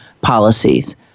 policies